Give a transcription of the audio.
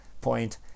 point